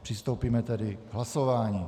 Přistoupíme tedy k hlasování.